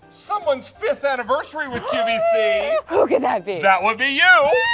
someone's fifth anniversary with qvc. who could that be? that would be you!